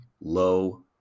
low